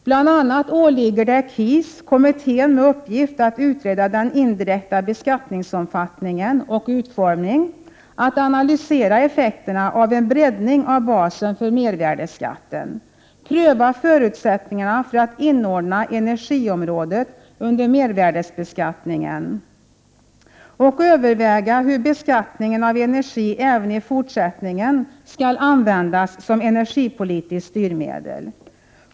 Bl.a. åligger det KIS, kommittén med uppgift att utreda den indirekta beskattningens omfattning och utformning, att analysera effekterna av en breddning av basen för mervärdeskatten, pröva förutsättningarna för att inordna energiområdet under mervärdebeskattningen och överväga hur beskattningen av energi även i fortsättningen skall användas som energipolitiskt styrmedel.